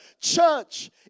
Church